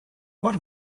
what